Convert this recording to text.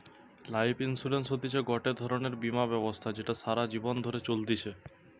life insurance হতিছে গটে ধরণের বীমা ব্যবস্থা যেটা সারা জীবন ধরে চলতিছে